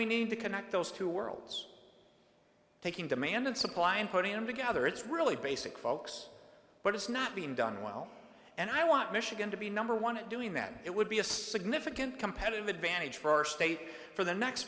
we need to connect those two worlds taking demand and supply and putting them together it's really basic folks but it's not being done well and i want michigan to be number one at doing that it would be a significant competitive advantage for our state for the next